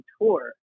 tour